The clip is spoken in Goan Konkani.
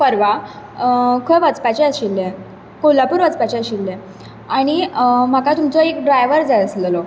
पर्वां खंय वचपाचें आशिल्लें कोल्हापूर वचपाचें आशिल्लें आनी म्हाका तुमचो एक ड्रायवर जाय आसललो